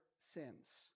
sins